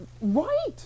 right